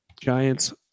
Giants